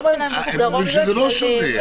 הם אומרים שזה לא שונה.